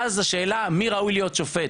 ואז השאלה מי ראוי להיות שופט,